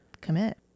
commit